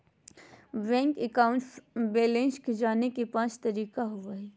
bank account balance के जाने के पांच तरीका होबो हइ